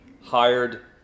hired